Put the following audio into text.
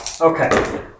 Okay